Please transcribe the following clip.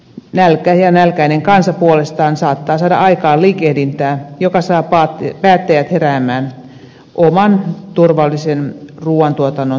nälkä ja nälkäinen kansa puolestaan saattavat saada aikaan liikehdintää joka saa päättäjät heräämään oman turvallisen ruuantuotannon turvaamiseen